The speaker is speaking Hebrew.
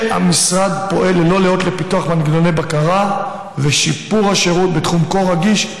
המשרד פועל ללא לאות לפיתוח מנגנוני בקרה ושיפור השירות בתחום כה רגיש,